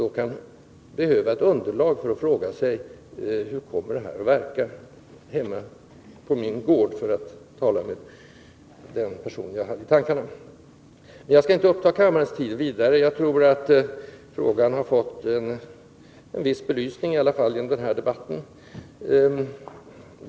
De kan då fråga sig: Hur regionen kommer detta att verka hemma på min gård — som den person som jag hade i tankarna kanske skulle ha uttryckt det. Jag skall inte längre uppta kammarens tid. Trots allt har nog frågan fått en nyttig genomlysning i denna debatt.